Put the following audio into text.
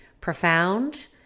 profound